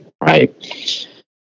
Right